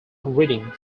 reading